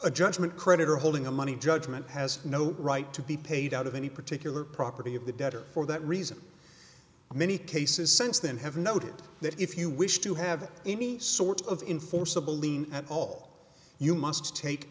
a judgment creditor holding a money judgment has no right to be paid out of any particular property of the debtor for that reason many cases sense then have noted that if you wish to have any sort of in forcible lien at all you must take